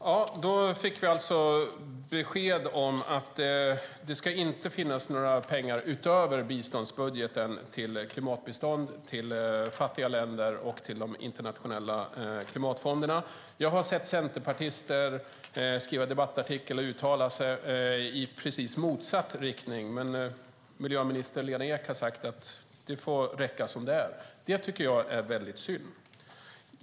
Herr talman! Då fick vi alltså besked om att det inte ska finnas några pengar utöver biståndsbudgeten till klimatbistånd, till fattiga länder och till de internationella klimatfonderna. Jag har sett centerpartister skriva debattartiklar och hört dem uttala sig i precis motsatt riktning. Men miljöminister Lena Ek har sagt att det får räcka som det är. Det tycker jag är synd.